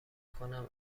کنم